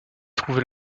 trouver